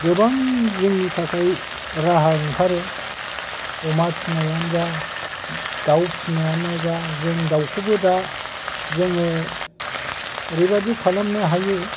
गोबां जोंनि थाखाय राहा ओंखारो अमा फिनायानो जा दाव फिनायानो जा जों दावखौबो दा जोङो एरैबादि खालामनो हायो